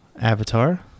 Avatar